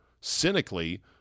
cynically